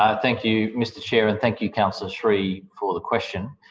ah thank you, mr chair, and thank you, councillor sri, for the question.